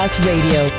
Radio